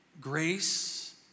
grace